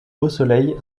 beausoleil